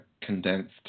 condensed